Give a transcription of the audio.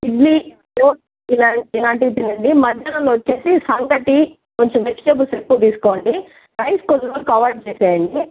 ఇడ్లీ ఇలా ఇలాంటివి తినండి మధ్యాహ్నం వచ్చేసి సంగతి కొంచెం వెజిటేబుల్స్ ఎక్కువ తీసుకోండి రైస్ కొద్ది రోజులు అవాయిడ్ చేసేయండి